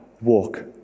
walk